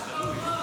זה תלוי.